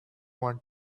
wanna